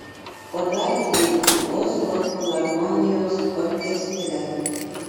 o dar dirbu oslo filharmonijos orkestre